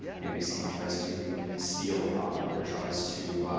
maybe someone tries to steal a property or tries to